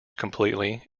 completely